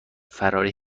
فراری